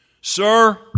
Sir